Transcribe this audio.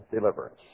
deliverance